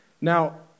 Now